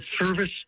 service